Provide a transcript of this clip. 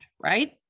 right